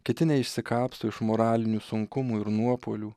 kiti neišsikapsto iš moralinių sunkumų ir nuopuolių